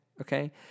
okay